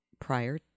prior